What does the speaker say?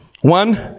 one